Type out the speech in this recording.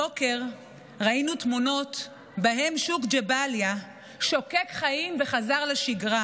הבוקר ראינו תמונות שבהן שוק ג'באליה שוקק חיים וחזר לשגרה,